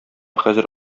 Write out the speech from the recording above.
хәзер